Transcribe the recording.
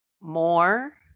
More